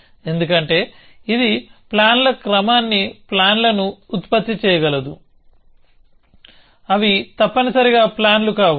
ఎందుకంటే ఇది ప్లాన్ల క్రమాన్ని ప్లాన్లను ఉత్పత్తి చేయగలదు అవి తప్పనిసరిగా ప్లాన్లు కావు